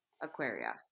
Aquaria